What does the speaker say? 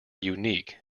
unique